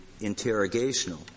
interrogational